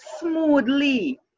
smoothly